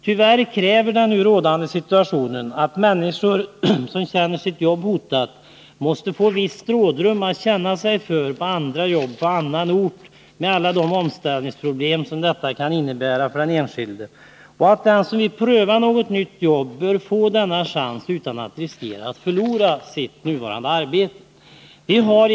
Tyvärr kräver den nu rådande situationen att människor som känner sitt jobb hotat måste få visst rådrum att känna sig för i andra jobb på annan ort med alla de omställningsproblem som det kan innebära för den enskilde. Den som vill pröva något nytt jobb bör få denna chans utan att riskera att förlora det jobb han har.